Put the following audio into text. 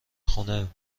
خونه